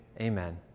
amen